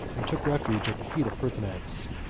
and took refuge at the feet of pertinax.